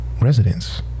residents